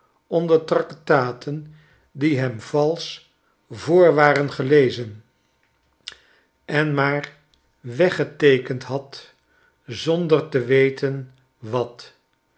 onder tractaten die hem valsch voor waren gelezen en maar weggeteekend had zonder te weten wat